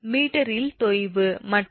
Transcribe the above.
மீட்டரில் தொய்வு மற்றும் f